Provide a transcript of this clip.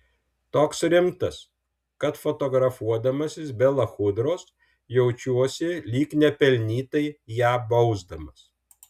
toks rimtas kad fotografuodamasis be lachudros jaučiuosi lyg nepelnytai ją bausdamas